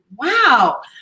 wow